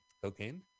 Cocaine